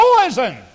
poison